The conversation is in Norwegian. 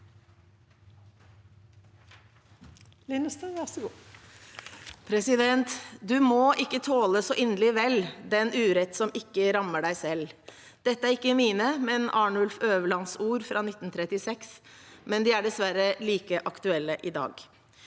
Linnestad (H) «Du må ikke tåle så inderlig vel den urett som ikke rammer deg selv.» – Dette er ikke mine, men Arnulf Øverlands ord fra 1936. De er dessverre like aktuelle i dag.